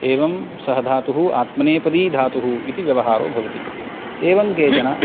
एवं सः धातुः आत्मनेपदी धातुः इति व्यवहारो भवति एवं केचन